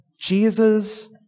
Jesus